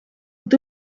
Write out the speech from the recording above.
est